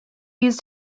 used